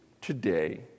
today